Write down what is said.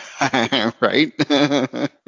Right